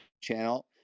channel